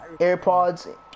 AirPods